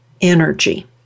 energy